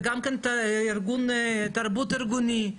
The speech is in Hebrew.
זה גם תרבות ארגונית,